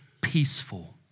peaceful